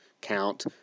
count